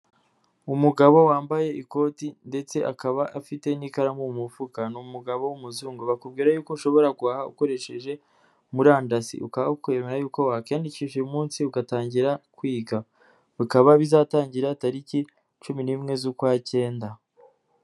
Umugabo wambaye ikoti ndetse akaba afite n'ikaramu mu mufuka. Ni umugabo w'umuzungu bakubwira yuko ushobora guhaha ukoresheje, murandasi ukaba wakwemera yuko wakwiyandikisha uyu munsi ugatangira kwiga. Bikaba bizatangira tariki, cumi n'imwe z'ukwacyenda.